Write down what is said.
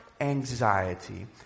anxiety